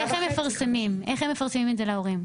איך הם מפרסמים את זה להורים?